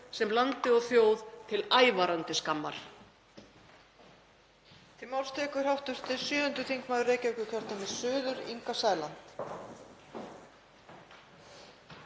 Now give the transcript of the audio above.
sem landi og þjóð til ævarandi skammar.